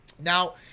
Now